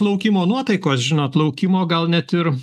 laukimo nuotaikos žinot laukimo gal net ir